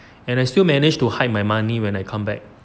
and I still managed to hide my money when I come back